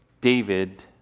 David